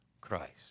Christ